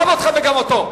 גם אותך וגם אותו.